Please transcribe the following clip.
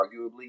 Arguably